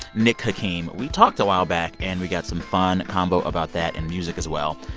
nick hakim. we talked a while back, and we got some fun convo about that and music, as well.